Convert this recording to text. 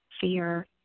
fear